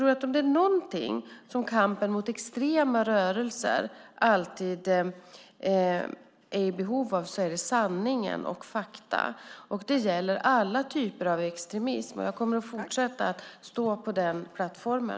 Om det är något som kampen mot extrema rörelser alltid är i behov av är det sanningen och fakta. Det gäller alla typer av extremism. Jag kommer att fortsätta att stå på den plattformen.